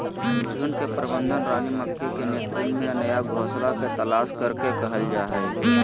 झुंड के प्रबंधन रानी मक्खी के नेतृत्व में नया घोंसला के तलाश करे के कहल जा हई